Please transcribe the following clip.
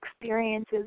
experiences